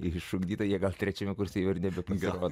išugdyta jėgas trečiame kurse įvardijo pagal